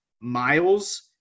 miles